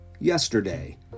Yesterday